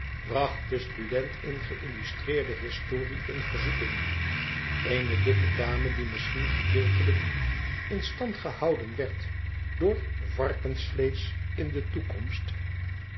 den student in geïllustreerde historie in verzoeking eene dikke dame die misschien gedeeltelijk in stand gehouden werd door varkensvleesch in de toekomst